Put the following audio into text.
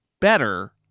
better